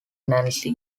nancy